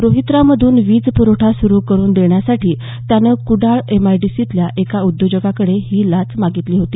रोहीत्रामधून वीज पुरवठा सुरु करून देण्यासाठी त्यानं कुडाळ एमआयडीसीतल्या एका उद्योजकाकडे ही लाच मागितली होती